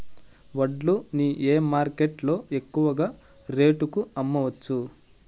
వడ్లు ని ఏ మార్కెట్ లో ఎక్కువగా రేటు కి అమ్మవచ్చు?